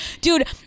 dude